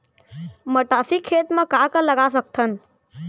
मटासी खेत म का का लगा सकथन?